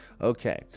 Okay